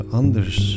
anders